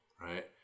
right